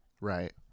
right